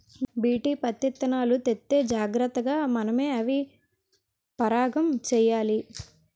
BT పత్తిత్తనాలు తెత్తే జాగ్రతగా మనమే అవి పరాగం చెయ్యాలి